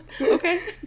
Okay